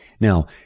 Now